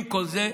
עם כל זה,